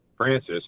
Francis